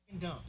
dumb